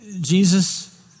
Jesus